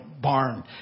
barn